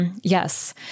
Yes